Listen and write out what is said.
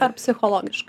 ar psichologišk